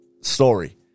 story